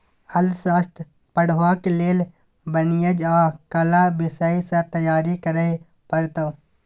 अर्थशास्त्र पढ़बाक लेल वाणिज्य आ कला विषय सँ तैयारी करय पड़तौ